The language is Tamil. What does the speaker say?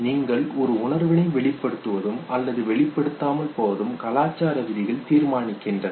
நீங்கள் ஒரு உணர்வினை வெளிப்படுத்துவதும் அல்லது வெளிப்படுத்தாமல் போவதும் கலாச்சார விதிகள் தீர்மானிக்கின்றன